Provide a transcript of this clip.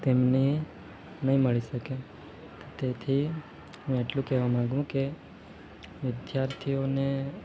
તેમને નહીં મળી શકે તેથી હું એટલું કહેવા માંગું કે વિદ્યાર્થીઓને